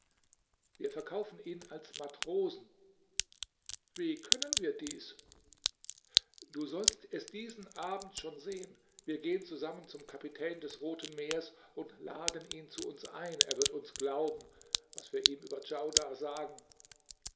wir verkaufen ihn als matrosen wie können wir dies du sollst es diesen abend schon sehen wir gehen zusammen zum kapitän des roten meers und laden ihn zu uns ein er wird uns glauben was wir ihm über djaudar sagen